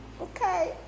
Okay